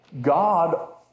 God